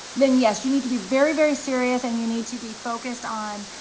then yes, you need to be very, very serious and you need to be focused on,